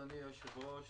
אדוני היושב-ראש,